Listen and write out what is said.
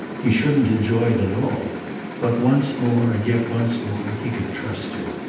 he shouldn't enjoy it at all but, once more and yet once more, he could trust her.